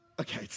okay